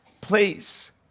Please